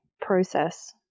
process